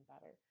better